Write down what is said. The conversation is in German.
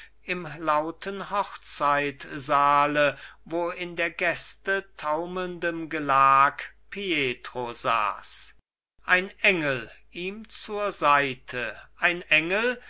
im lauten hochzeitsaale wo in der gäste taumelndem gelag pietro saß ein engel ihm zur seite ein engel